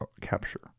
capture